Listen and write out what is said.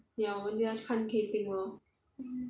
ya 我们等一下看可以去订 lor